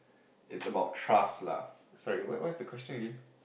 it's about trust lah sorry what what's the question again